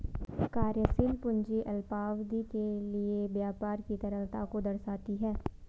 कार्यशील पूंजी अल्पावधि के लिए व्यापार की तरलता को दर्शाती है